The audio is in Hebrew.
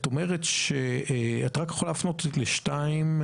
את מפנה לסעיף 2?